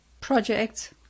projects